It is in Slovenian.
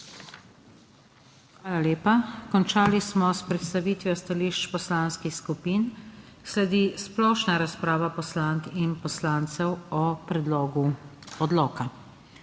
Hvala lepa. Končali smo s predstavitvijo stališč poslanskih skupin. Sledi splošna razprava poslank in poslancev o predlogu odloka.